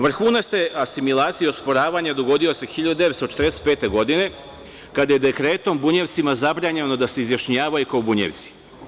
Vrhunac te asimilacije i osporavanja, dogodio se 1945. godine, kada je dekretom bunjevcima zabranjeno, da se izjašnjavaju kao bunjevci.